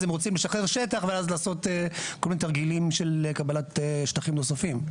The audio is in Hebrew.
הם רוצים לשחרר שטח ואז לעשות כל מיני תרגילים של קבלת שטחים נוספים.